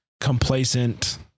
complacent